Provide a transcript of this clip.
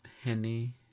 Henny